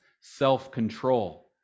self-control